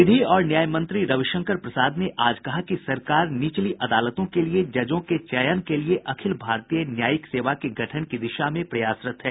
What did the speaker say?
विधि और न्याय मंत्री रविशंकर प्रसाद ने आज कहा कि सरकार निचली अदालतों के लिये जजों के चयन के लिये अखिल भारतीय न्यायिक सेवा के गठन की दिशा में प्रयासरत है